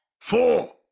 four